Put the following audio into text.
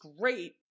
great